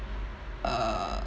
uh